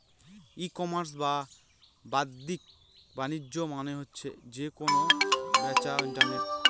ই commerce বা বাদ্দিক বাণিজ্য মানে হচ্ছে যে কেনা বেচা ইন্টারনেটের মাধ্যমে হয়